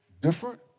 different